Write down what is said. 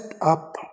up